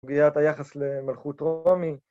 פגיעה ביחס למלכות רומי